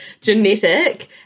Genetic